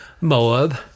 Moab